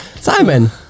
Simon